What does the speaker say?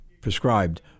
prescribed